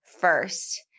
First